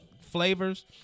flavors